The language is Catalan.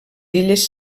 illes